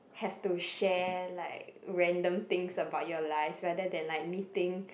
have to share like random things about your life rather than like meeting